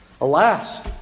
Alas